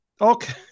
Okay